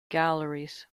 galleries